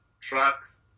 trucks